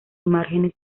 márgenes